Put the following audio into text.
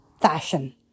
fashion